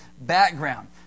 background